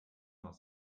noch